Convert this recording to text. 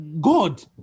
God